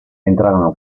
entrano